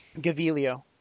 Gavilio